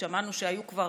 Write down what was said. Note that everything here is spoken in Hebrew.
שמענו שהיו כבר